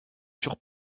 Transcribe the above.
sur